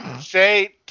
Say